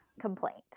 complaint